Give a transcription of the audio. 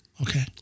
Okay